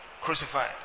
crucified